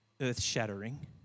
earth-shattering